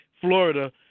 Florida